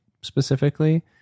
specifically